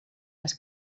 les